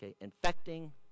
Infecting